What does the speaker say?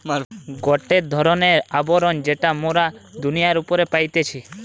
গটে ধরণের আবরণ যেটা মোরা দুনিয়ার উপরে পাইতেছি